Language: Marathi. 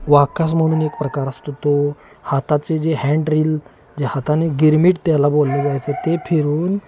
वाकस म्हणून एक प्रकार असतो तो हाताचे जे हँनड्रिल जे हाताने गिरमिट त्याला बोलले जायचं ते फिरून